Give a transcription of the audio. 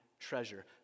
treasure